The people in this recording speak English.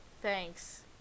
thanks